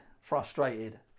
frustrated